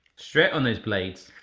straight on these blades.